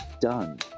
done